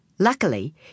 Luckily